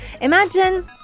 imagine